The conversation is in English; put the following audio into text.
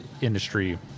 industry